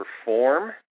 perform